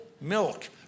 milk